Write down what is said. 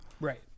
Right